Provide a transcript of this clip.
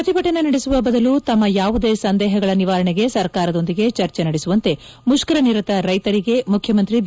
ಪ್ರತಿಭಟನೆ ನಡೆಸುವ ಬದಲು ತಮ್ಮ ಯಾವುದೇ ಸಂದೇಹಗಳ ನಿವಾರಣೆಗೆ ಸರ್ಕಾರದೊಂದಿಗೆ ಚರ್ಚೆ ನಡೆಸುವಂತೆ ಮುಷ್ಟರ ನಿರತ ರೈತರಿಗೆ ಮುಖ್ಯಮಂತ್ರಿ ಬಿ